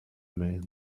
man